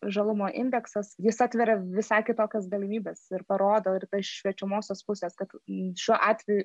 žalumo indeksas jis atveria visai kitokias galimybes ir parodo ir šviečiamosios pusės kad šiuo atveju